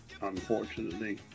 unfortunately